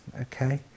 okay